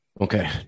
Okay